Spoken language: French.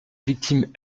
victime